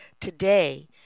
Today